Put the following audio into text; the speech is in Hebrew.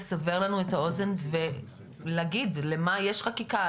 לסבר לנו את האוזן ולהגיד למה יש חקיקה,